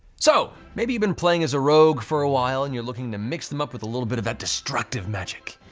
so, maybe you've been playing as a rogue for a while and you're looking to mix them up with a little bit of that destructive magic.